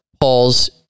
Paul's